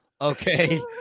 okay